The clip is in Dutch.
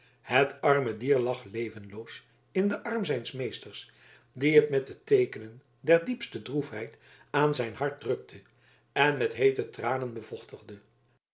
het arme dier lag levenloos in den arm zijns meesters die het met de teekenen der diepste droefheid aan zijn hart drukte en met heete tranen